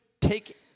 take